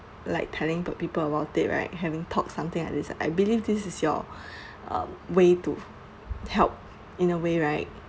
like telling the people about it right having talks something like this I believe this is your um way to help in a way right